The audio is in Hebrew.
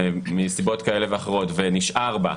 מסיבות כאלה ואחרות ונשאר בה,